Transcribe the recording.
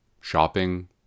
Shopping